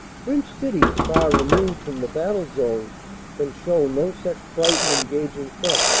french cities far removed from the battle zone can show no such bright and engaging front,